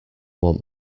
want